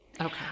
Okay